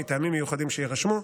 מטעמים מיוחדים שיירשמו,